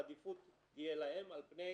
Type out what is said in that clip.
העדיפות תהיה להם על פני